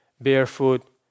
barefoot